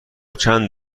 چند